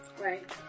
right